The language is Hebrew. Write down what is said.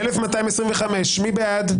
1,228 מי בעד?